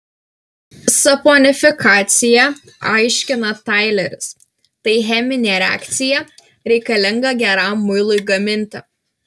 saponifikacija aiškina taileris tai cheminė reakcija reikalinga geram muilui gaminti